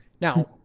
now